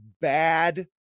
bad